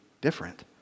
different